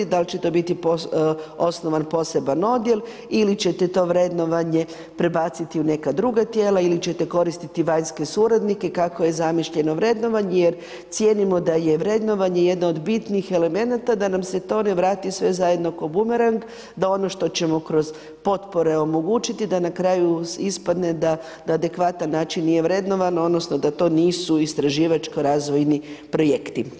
Da li će to biti osnovan poseban odjel ili ćete to vrednovanje prebaciti u neka druga tijela ili ćete koristiti vanjske suradnike kako je zamišljeno vrednovanje jer cijenimo da je vrednovanje jedna od bitnih elemenata da nam se to ne vrati sve zajedno ko bumerang da ono što ćemo kroz potpore omogućiti da na kraju ispadne da na adekvatan način nije vrednovano odnosno da to nisu istraživačko-razvojni projekti.